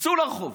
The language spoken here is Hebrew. צאו לרחוב.